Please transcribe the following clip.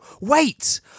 wait